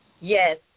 Yes